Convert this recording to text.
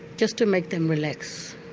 just to make them relax.